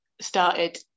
started